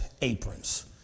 aprons